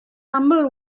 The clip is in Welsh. aml